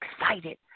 excited